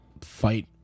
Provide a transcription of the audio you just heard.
fight